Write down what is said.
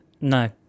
No